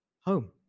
home